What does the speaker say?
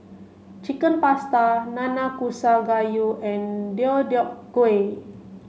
Chicken Pasta Nanakusa Gayu and Deodeok Gui